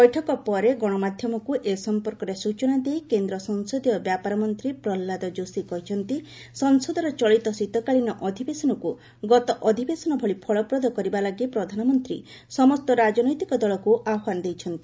ବୈଠକ ପରେ ଗଣମାଧ୍ୟମକ୍ତ ଏ ସମ୍ପର୍କରେ ସ୍ନଚନା ଦେଇ କେନ୍ଦ୍ର ସଂସଦୀୟ ବ୍ୟାପାରମନ୍ତ୍ରୀ ପ୍ରହ୍ଲାଦ ଯୋଶୀ କହିଛନ୍ତି ସଂସଦର ଚଳିତ ଶୀତକାଳୀନ ଅଧିବେଶନକୁ ଗତ ଅଧିବେଶନ ଭଳି ଫଳପ୍ରଦ କରିବା ଲାଗି ପ୍ରଧାନମନ୍ତ୍ରୀ ସମସ୍ତ ରାଜନୈତିକ ଦଳକୁ ଆହ୍ୱାନ ଦେଇଛନ୍ତି